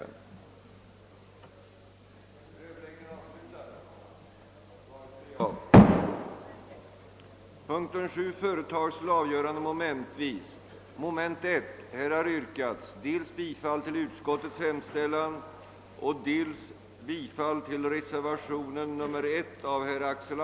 Barnen liksom pensionärerna är ju beroende av andra för sitt uppehälle.